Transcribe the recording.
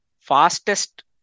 fastest